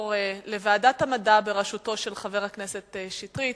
לוועדת המדע בראשותו של חבר הכנסת שטרית.